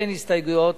אין הסתייגויות,